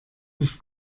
ist